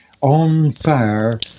on-fire